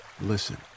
Listen